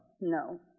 No